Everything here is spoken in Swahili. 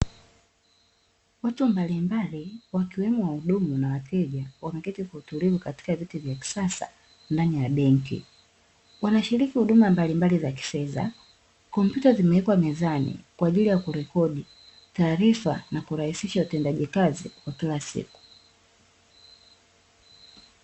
Watu mbalimbali wakiwemo wahudumu na wateja wameketi kwa utulivu katika viti vya kisasa ndani ya benki, wanashiriki huduma mbalimbali za kifedha, kompyuta zimewekwa mezani kwa ajili ya kurekodi taarifa na kurahisisha utendaji kazi wa kila siku.